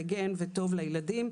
מגן וטוב לילדים,